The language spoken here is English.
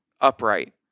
Upright